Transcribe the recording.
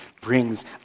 brings